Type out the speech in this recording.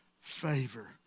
favor